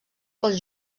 pel